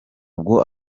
bwo